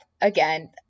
again